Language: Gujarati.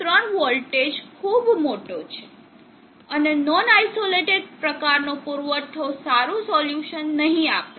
3 વોલ્ટ ખૂબ મોટો છે અને નોન આઇસોલેટેડ પ્રકારનો પુરવઠો સારુ સોલ્યુશન નહીં આપે